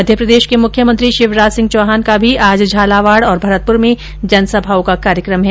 मध्यप्रदेश के मुख्यमंत्री शिवराज सिंह चौहान का भी आज झालावाड़ और भरतपुर में जनसभाओं का कार्यक्रम है